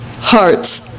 hearts